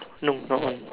no not one